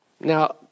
Now